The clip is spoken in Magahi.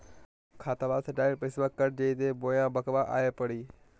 खाताबा से डायरेक्ट पैसबा कट जयते बोया बंकबा आए परी?